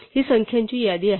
ही संख्यांची यादी आहे